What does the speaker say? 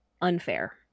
unfair